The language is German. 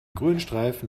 grünstreifen